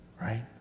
right